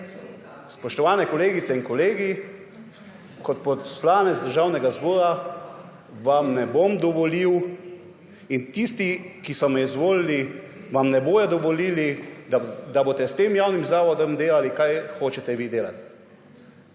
Spoštovane kolegice in kolegi, kot poslanec Državnega zbora vam ne bom dovolil in tisti, ki so me izvolili, vam ne bodo dovolili, da boste s tem javnim zavodom delali, kar vi hočete.